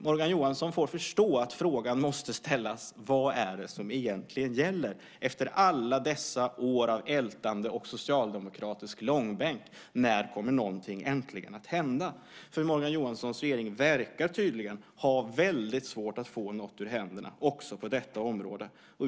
Morgan Johansson får förstå att frågan måste ställas: Vad är det som egentligen gäller? Efter alla dessa år av ältande och socialdemokratisk långbänk, när kommer något äntligen att hända? Morgan Johanssons regering verkar ha väldigt svårt att få något ur händerna också på detta område.